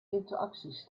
interacties